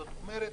זאת אומרת,